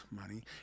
money